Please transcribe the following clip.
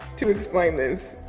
to explain this.